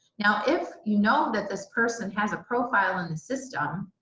now if you know that this person has a profile in the system,